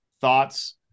Thoughts